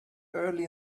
early